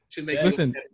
Listen